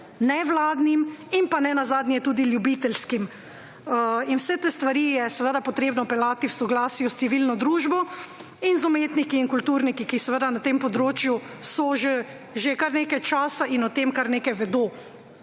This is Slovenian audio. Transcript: nevladnim in pa nenazadnje tudi ljubiteljskim. In vse te stvari je seveda potrebno peljati v soglasju s civilno družbo in z umetniki in kulturniki, ki seveda na tem področju so že kar nekaj časa in o tem kar nekaj vedo.